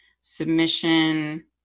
submission